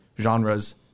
genres